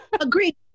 Agreed